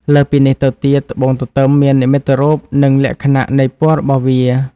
លើសពីនេះទៅទៀតត្បួងទទឹមមាននិមិត្តរូប និងលក្ខណៈនៃពណ៍របស់វា។